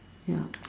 yup